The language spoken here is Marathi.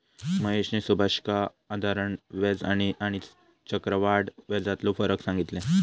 महेशने सुभाषका साधारण व्याज आणि आणि चक्रव्याढ व्याजातलो फरक सांगितल्यान